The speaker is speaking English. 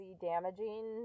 damaging